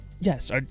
Yes